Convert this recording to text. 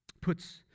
puts